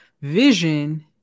Vision